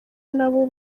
nabo